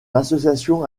association